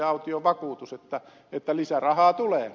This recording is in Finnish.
aution vakuutus että lisärahaa tulee